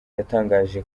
yatangaje